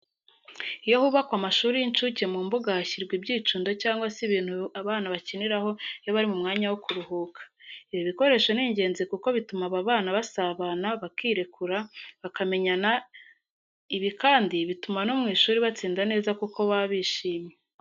Iyo hubakwa amashuri y'incuke mu mbuga hashyirwa ibyicundo cyangwa se ibintu abana bakiniraho iyo bari mu mwanya wo kuruhuka. Ibi bikoresho ni ingenzi kuko bituma aba bana basabana, bakirekura, bakamenyana. Ibi kandi bituma no mu ishuri batsinda neza kuko baba bishyimye.